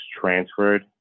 transferred